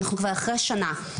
אנחנו כבר אחרי שנה,